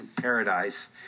paradise